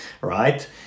right